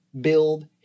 build